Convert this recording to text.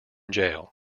jail